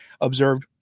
observed